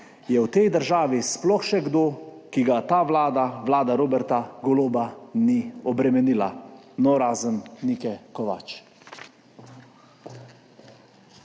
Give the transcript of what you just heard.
je v tej državi sploh še kdo, ki ga ta vlada, vlada Roberta Goloba, ni obremenila? No, razen Nike Kovač.